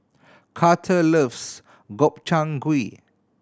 Carter loves Gobchang Gui